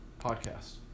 Podcast